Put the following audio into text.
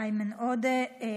איימן עודה.